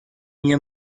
nie